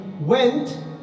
went